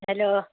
hello